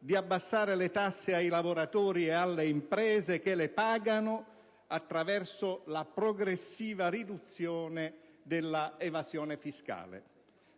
di abbassare le tasse ai lavoratori e alle imprese che le pagano, mediante la progressiva riduzione dell'evasione fiscale.